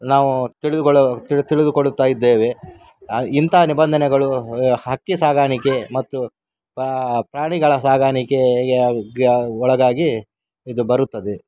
ನಾವು ತಿಳಿದುಕೊಳ್ಳೋ ತಿಳಿ ತಿಳಿದುಕೊಳ್ಳುತ್ತಾ ಇದ್ದೇವೆ ಇಂಥ ನಿಬಂಧನೆಗಳು ಹಕ್ಕಿ ಸಾಗಾಣಿಕೆ ಮತ್ತು ಪಾ ಪ್ರಾಣಿಗಳ ಸಾಗಾಣಿಕೆ ಒಳಗಾಗಿ ಇದು ಬರುತ್ತದೆ